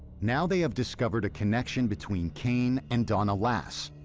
now they have discovered a connection between kane and donna lass,